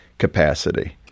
capacity